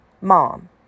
Mom